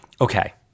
okay